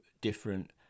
different